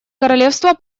королевство